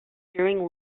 during